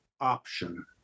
option